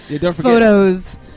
photos